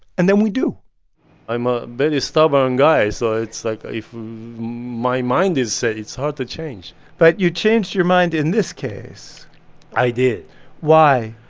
and then we do i'm a very stubborn guy. so it's like, if my mind is set, it's hard to change but you changed your mind in this case i did why?